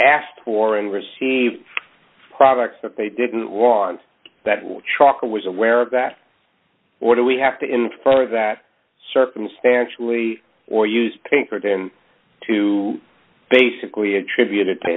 asked for and received products that they didn't want that trucker was aware of that or do we have to infer that circumstantially or use pinkerton to basically attribute it to